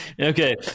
Okay